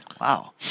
Wow